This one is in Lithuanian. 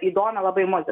įdomią labai muzi